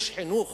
יש חינוך